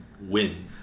Win